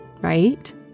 Right